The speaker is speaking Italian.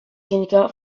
tecnica